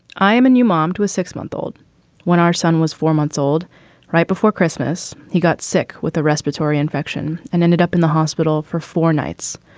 i am a new mom to a six month old when our son was four months old right before christmas. he got sick with a respiratory infection and ended up in the hospital for four nights.